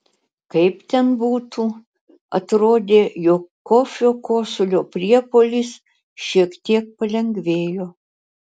kaip ten būtų atrodė jog kofio kosulio priepuolis šiek tiek palengvėjo